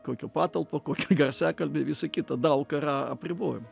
kokia patalpa kokie garsiakalbiai visa kita daug yra apribojim